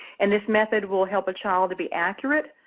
and this method will help a child to be accurate,